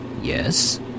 Yes